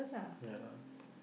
ya lah